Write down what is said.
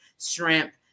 shrimp